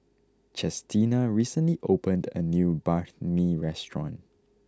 Chestina recently opened a new Banh Mi restaurant